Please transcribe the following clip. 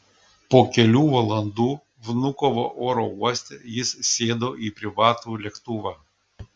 po kelių valandų vnukovo oro uoste jis sėdo į privatų lėktuvą